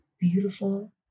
beautiful